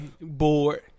Bored